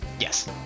Yes